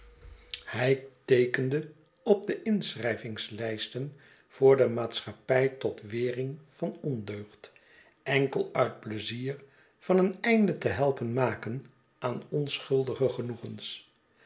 hij teekende op de inschrijvingslijsten voor de maatschappij tot wering van ondeugd enkel uit pleizier van een einde te helpen maken aan onschuldige genoegens